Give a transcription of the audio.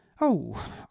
Oh